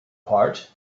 part